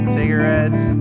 Cigarettes